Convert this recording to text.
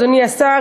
אדוני השר,